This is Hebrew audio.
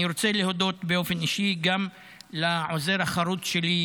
אני רוצה להודות באופן אישי גם לעוזר החרוץ שלי,